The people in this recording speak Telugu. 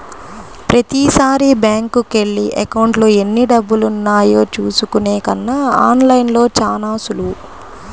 ప్రతీసారీ బ్యేంకుకెళ్ళి అకౌంట్లో ఎన్నిడబ్బులున్నాయో చూసుకునే కన్నా ఆన్ లైన్లో చానా సులువు